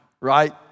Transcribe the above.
right